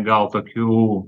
gal tokių